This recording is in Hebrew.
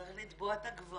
צריך לתבוע את הגברים,